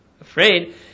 afraid